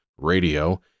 Radio